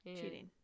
Cheating